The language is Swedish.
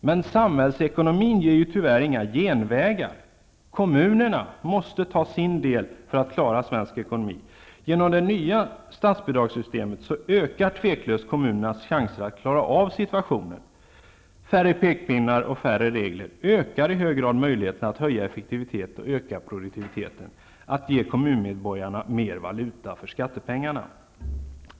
Men samhällsekonomin ger tyvärr inga genvägar. Kommunerna måste ta sin del för att klara svensk ekonomi. Genom det nya statsbidragssystemet ökar tveklöst kommunernas chanser att klara av situationen. Färre pekpinnar och färre regler ökar i hög grad möjligheterna att höja effektiviteten och öka produktiviteten, att ge kommunmedborgarna mer valuta för skattepengarna.